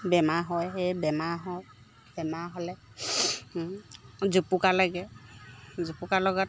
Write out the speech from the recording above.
বেমাৰ হয় সেই বেমাৰ হয় বেমাৰ হ'লে জুপুকা লাগে জুপুকা লগাত